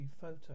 photo